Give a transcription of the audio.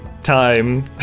time